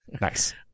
Nice